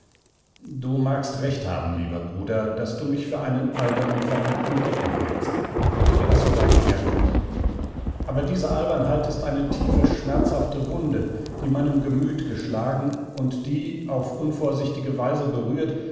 du magst recht haben lieber bruder daß du mich für einen albernen verliebten gecken hältst ich bin es vielleicht wirklich aber diese albernheit ist eine tiefe schmerzhafte wunde die meinem gemüt geschlagen und die auf unvorsichtige weise berührt